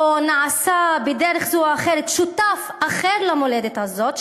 או נעשה בדרך זו או אחרת שותף אחר למולדת הזאת,